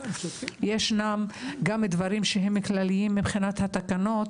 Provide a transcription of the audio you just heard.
ישנם גם דברים כלליים מבחינת התקנות,